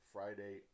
Friday